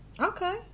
Okay